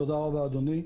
תודה רבה, אדוני.